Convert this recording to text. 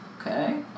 Okay